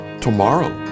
Tomorrow